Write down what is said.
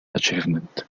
achievement